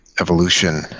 evolution